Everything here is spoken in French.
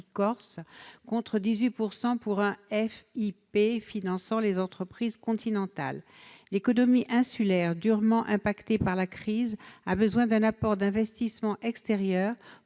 contre 18 % pour un FIP finançant les entreprises continentales. L'économie insulaire, durement impactée par la crise, a besoin d'un apport d'investissements extérieurs